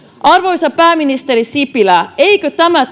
arvoisa pääministeri sipilä eikö tämä